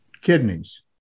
Kidneys